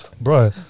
Bro